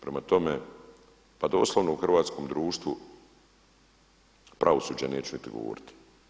Prema tome, pa doslovno u hrvatskom društvu pravosuđe neću niti govoriti.